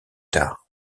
tard